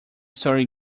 story